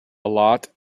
lot